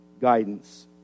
Guidance